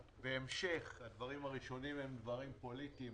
הדברים הראשונים הם דברים פוליטיים,